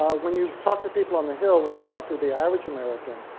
um when you talk to people on the hill, when you talk to the average american,